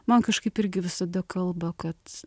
man kažkaip irgi visada kalba kad